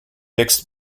mixed